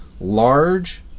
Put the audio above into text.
large